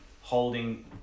holding